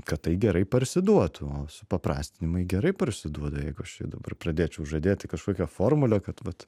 kad tai gerai parsiduotų supaprastinimai gerai parsiduoda jeigu aš čia dabar pradėčiau žadėti kažkokią formulę kad vat